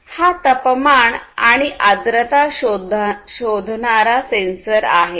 हा तापमान आणि आर्द्रता शोधणारा सेन्सर आहे